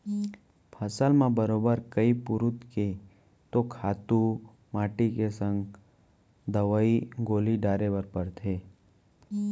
फसल म बरोबर कइ पुरूत के तो खातू माटी के संग दवई गोली डारे बर परथे